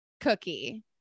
Cookie